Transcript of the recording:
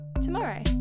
tomorrow